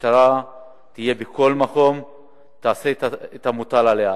שהמשטרה תהיה בכל מקום ותעשה את המוטל עליה,